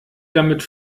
damit